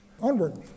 Onward